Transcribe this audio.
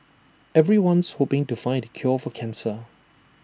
everyone's hoping to find the cure for cancer